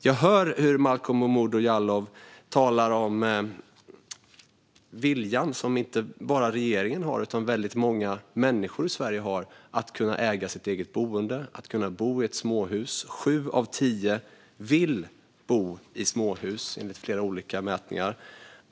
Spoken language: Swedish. Jag hör hur Malcolm Momodou Jallow talar om viljan som inte bara regeringen har utan många människor i Sverige har, nämligen att kunna äga sitt eget boende, att bo i ett småhus. Sju av tio vill bo i småhus, enligt flera olika mätningar.